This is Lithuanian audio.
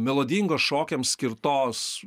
melodingos šokiams skirtos